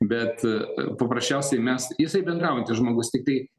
bet paprasčiausiai mes jisai bendraujantis žmogus tiktai